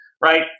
right